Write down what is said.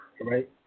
Right